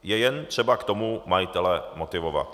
Jen je třeba k tomu majitele motivovat.